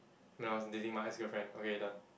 when I was dating my ex-girlfriend okay done